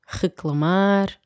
reclamar